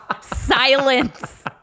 Silence